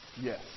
Yes